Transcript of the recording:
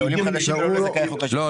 לעולים חדשים וזכאי חוק השבות.